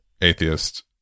atheist